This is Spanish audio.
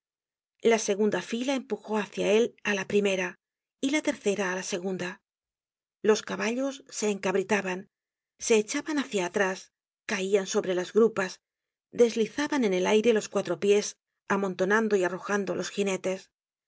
la segunda fila empujó hácia él á la primera y la tercera á la segunda los caballos se encabritaban se echaban hácia atrás caian sobre las grupas deslizaban en el aire los cuatro pies amontonando y arrojando á los ginetes